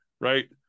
Right